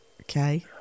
Okay